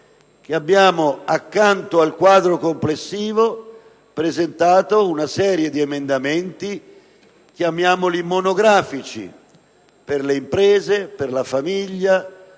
che accanto al quadro complessivo abbiamo presentato una serie di emendamenti "monografici" per le imprese, per la famiglia,